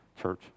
church